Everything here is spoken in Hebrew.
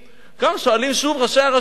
כאן שואלים שוב ראשי הרשויות,